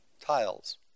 tiles